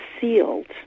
sealed